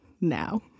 now